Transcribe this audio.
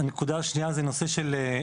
הנקודה השנייה זה נושא של,